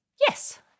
Yes